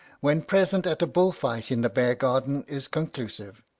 when present at a bull-fight in the bear-garden, is conclusive.